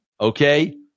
Okay